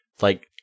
like-